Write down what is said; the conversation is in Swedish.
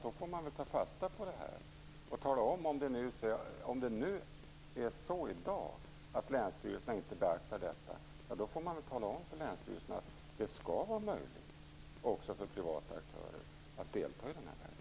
Då får man väl ta fasta på detta. Om det nu är så i dag att länsstyrelserna inte beaktar detta får man väl tala om för länsstyrelserna att det skall vara möjligt också för privata aktörer att delta i den här verksamheten.